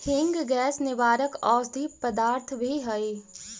हींग गैस निवारक औषधि पदार्थ भी हई